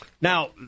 Now